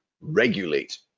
regulate